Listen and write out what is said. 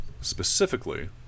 specifically